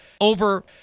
over